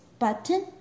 button